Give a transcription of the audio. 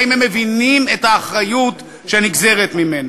האם הם מבינים את האחריות שנגזרת ממנה?